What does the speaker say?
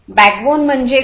backbone म्हणजे काय